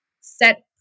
set